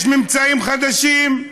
יש ממצאים חדשים.